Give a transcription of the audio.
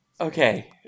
okay